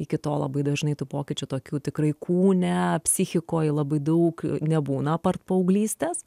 iki to labai dažnai tų pokyčių tokių tikrai kūne psichikoj labai daug nebūna apart paauglystės